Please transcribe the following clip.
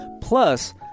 plus